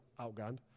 outgunned